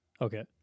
Okay